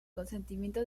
consentimiento